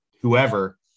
whoever